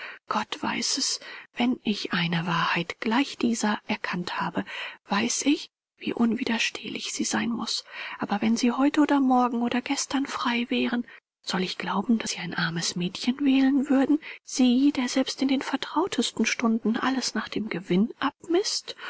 gott weiß es wenn ich eine wahrheit gleich dieser erkannt habe weiß ich wie unwiderstehlich sie sein muß aber wenn sie heute oder morgen oder gestern frei wären soll ich glauben daß sie ein armes mädchen wählen würden sie der selbst in den vertrautesten stunden alles nach dem gewinn abmißt